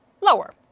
lower